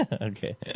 Okay